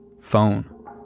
phone